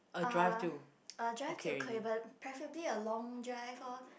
uh uh drive to preferably a long drive orh